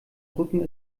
brücken